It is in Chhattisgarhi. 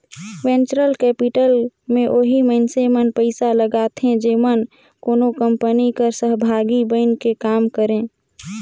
वेंचर कैपिटल में ओही मइनसे मन पइसा लगाथें जेमन कोनो कंपनी कर सहभागी बइन के काम करें